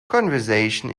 conversation